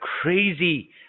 crazy